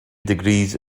degrees